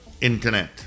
internet